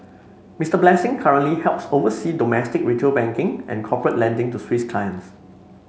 Mister Blessing currently helps oversee domestic retail banking and corporate lending to Swiss clients